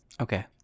okay